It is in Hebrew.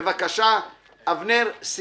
אבנר עורקבי,